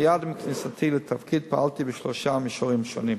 מייד עם כניסתי לתפקיד פעלתי בשלושה מישורים שונים: